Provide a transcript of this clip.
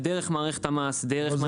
דרך מערכת המס, דרך מערכת קצבאות.